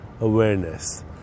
awareness